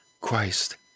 Christ